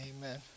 Amen